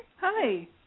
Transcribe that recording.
Hi